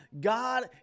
God